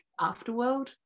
afterworld